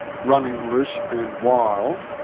running loose and wild,